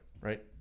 Right